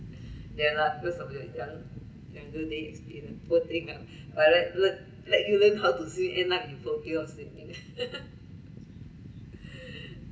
ya lah because of the young younger day experience poor thing lah but let learn let you learn how swim end up you phobia of swimming